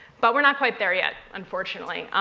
but we're not quite there yet, unfortunately.